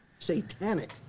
satanic